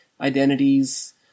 identities